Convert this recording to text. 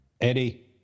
Eddie